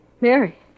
Mary